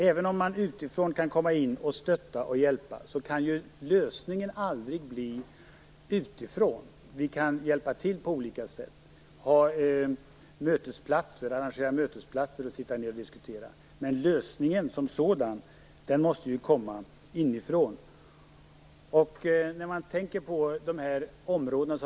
Även om man utifrån kan komma in och stötta och hjälpa kan lösningen aldrig komma utifrån. Vi kan hjälpa till på olika sätt, arrangera mötesplatser och sitta ned och diskutera. Men lösningen som sådan måste komma inifrån.